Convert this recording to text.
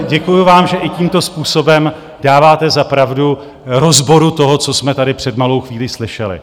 Děkuji vám, že i tímto způsobem dáváte za pravdu rozboru toho, co jsme tady před malou chvílí slyšeli.